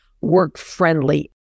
work-friendly